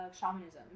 shamanism